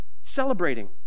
Celebrating